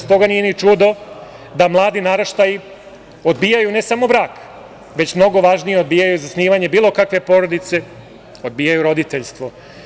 Zato i nije čudo da mladi naraštaji odbijaju ne samo brak, već mnogo važnije, odbijaju zasnivanje bilo kakve porodice, odbijaju roditeljstvo.